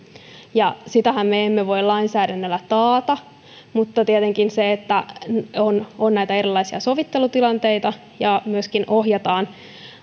ja sitähän me emme voi lainsäädännöllä taata mutta tietenkin se että on on näitä erilaisia sovittelutilanteita ja myöskin ohjataan